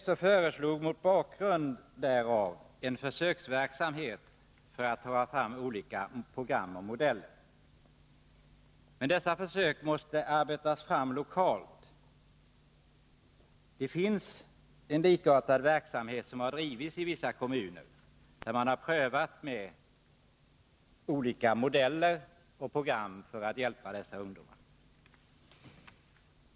SÖ föreslog mot bakgrund härav en försöksverksamhet för att ta fram olika program och modeller. Dessa försök måste arbetas fram lokalt. En likartad verksamhet har bedrivits i vissa kommuner, där man har prövat olika modeller och program för att hjälpa dessa ungdomar.